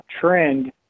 trend